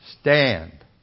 Stand